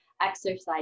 exercise